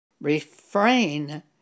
Refrain